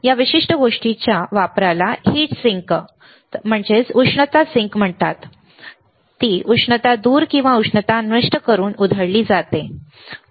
या विशिष्ट गोष्टीच्या वापराला हीट सिंक उष्णता सिंक म्हणतात उष्णता दूर किंवा उष्णता नष्ट करून उधळली जाते करा